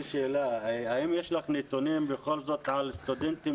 האם יש לך נתונים בכל זאת על סטודנטים